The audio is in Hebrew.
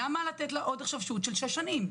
למה לתת לה עוד שהות של שש שנים?